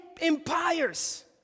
empires